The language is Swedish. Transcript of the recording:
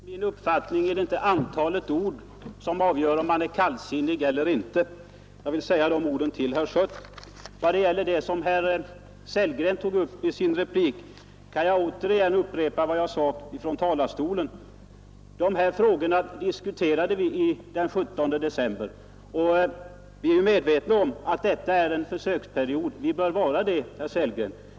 Fru talman! Enligt min uppfattning är det inte antalet ord som avgör om man är kallsinnig eller inte — jag vill säga det till herr Schött. Vad gäller det som herr Sellgren tog upp i sin replik kan jag upprepa vad jag sade från talarstolen: De här frågorna diskuterade vi den 17 december. Vi är medvetna om att detta är en försöksperiod, och ni bör vara det, herr Sellgren.